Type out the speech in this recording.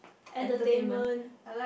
entertainment